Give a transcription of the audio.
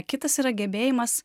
kitas yra gebėjimas